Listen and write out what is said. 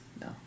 No